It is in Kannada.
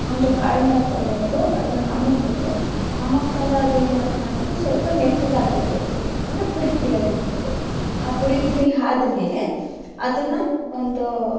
ಒಂದು ಕಾಳನ್ನು ತೊಗೊಂಡು ಅದನ್ನ ಅಮಕ್ಬೇಕು ಅಮಕ್ದಾಗ ಅದು ಏನಪ್ಪ ಅಂದರೆ ಸ್ವಲ್ಪ ಮೆತ್ತಗಾಗಿರಬೇಕು ಅಂದರೆ ಪುಡಿ ಪುಡಿಯಾಗಿರಬೇಕು ಆ ಪುಡಿ ಪುಡಿ ಆದ್ಮೇಲೆ ಅದನ್ನ ಒಂದೂ